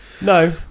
no